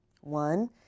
One